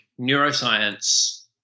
neuroscience